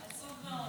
עצוב מאוד.